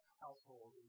household